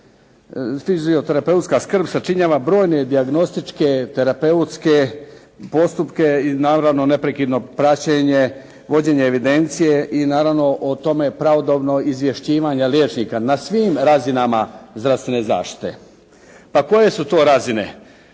fizioterapeutska skrb sačinjava brojne dijagnostičke, terapeutske postupke i naravno neprekidno praćenje, vođenje evidencije i naravno o tome pravodobno izvješćivanje liječnika na svim razinama zdravstvene zaštite. Pa koje su to razine?